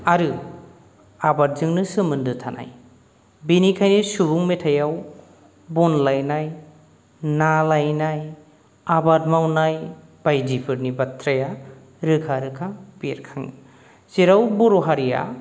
आरो आबादजोंनो सोमोन्दो थानाय बेनिखायनो सुबुं मेथायाव बन लायनाय ना लायनाय आबाद मावनाय बायदिफोरनि बाथ्राया रोखा रोखा बेरखाङो जेराव बर' हारिया